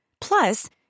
Plus